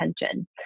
attention